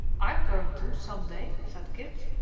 i'm going to some day, said kit.